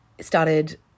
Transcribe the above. started